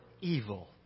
evil